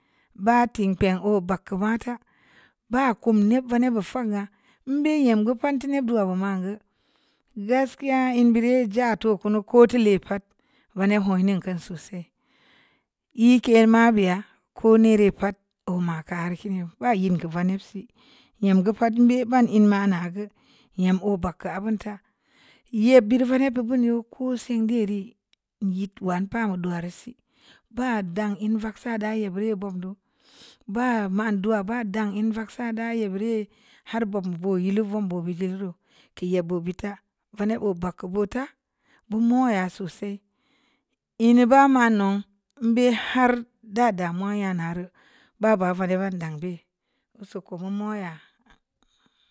Bə tim piing ‘o’ ba'ak gə matə bə kum nnen va nnen vo fan gə mbe gə pat nnen du'a man gə gaskiya ln biri ja ta kunu ko ti le'pat vani honin kə sosai yi ke mə biya ko ni rə pat ‘o mə kar kini bə nyem kə vaniksi nyem gə pa'at mbe van ln ma nagə nyem ‘o’ bagə abun ta nye mbeu vani babo sin diri nye wu'un pa dua rə sii ba dan ən vaksa də yi burə bug do bə ma'an dua ba də ln vaksa də yi biri har buk bo'e’ levu bo be luru k'e'a bo bi tə vani ‘o’ ba'ak ko butə bumu yə sosai lnu bə manu mbe har də də mun yə na reu baba vani va dan bi usaku mun meu yə.